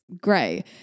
gray